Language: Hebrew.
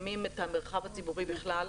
מזהמים את המרחב הציבורי בכלל.